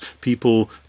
people